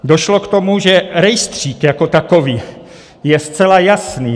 Došlo k tomu, že rejstřík jako takový je zcela jasný.